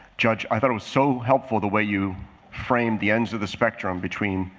judge, i thought it was so helpful the way you framed the ends of the spectrum between